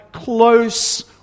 close